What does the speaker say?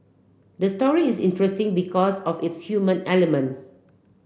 the story is interesting because of its human element